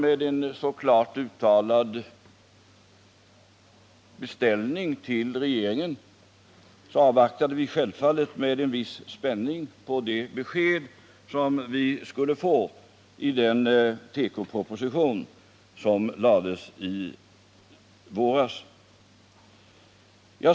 Efter en så klart uttalad beställning till regeringen avvaktade vi självfallet med en viss spänning det besked som vi skulle få i den tekoproposition som lades i våras.